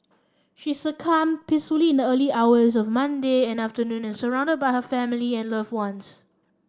she succumbed peacefully in the early hours of Monday and afternoon and surrounded by her family and loved ones